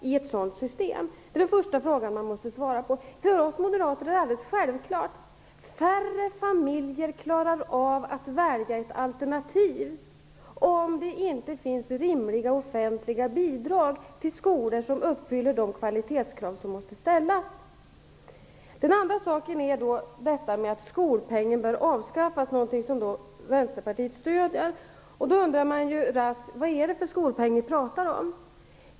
För oss moderater framstår det som alldeles självklart att färre familjer klarar att välja ett alternativ, om det inte utgår rimliga offentliga bidrag till skolor som uppfyller de kvalitetskrav som måste ställas. Vänsterpartiet stöder vidare kravet att skolpengen skall avskaffas. Man undrar då vad det är för skolpeng man talar om.